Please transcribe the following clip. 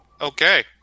Okay